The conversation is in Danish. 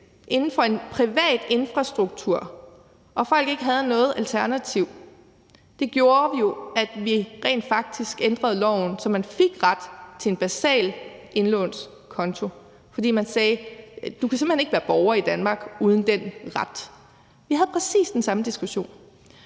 inden for en privat infrastruktur, og at folk ikke havde noget alternativ, gjorde jo, at vi rent faktisk ændrede loven, så man fik ret til en basal indlånskonto. Det var, fordi man sagde: Du kan simpelt hen ikke være borger i Danmark uden den ret. Vi havde præcis den samme diskussion;